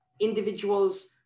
individuals